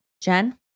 Jen